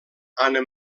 anna